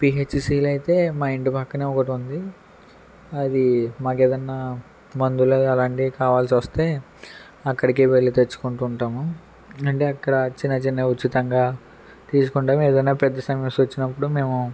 పిహెచ్సిలు అయితే మా ఇంటి పక్కనే ఒకటి ఉంది అది మాకేదన్న మందులు అలాంటివి కావాల్సి వస్తే అక్కడికి వెళ్ళి తెచ్చుకుంటుంటాము అంటే అక్కడ చిన్న చిన్న ఉచితంగా తీసుకుంటాం ఏదన్న పెద్ద సమస్య వచ్చిన్నప్పుడు మేము